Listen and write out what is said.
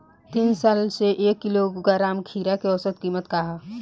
तीन साल से एक किलोग्राम खीरा के औसत किमत का ह?